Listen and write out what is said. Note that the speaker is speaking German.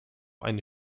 eine